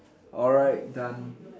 alright done